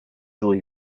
hui